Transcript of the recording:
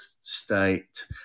state